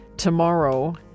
tomorrow